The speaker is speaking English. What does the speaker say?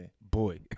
boy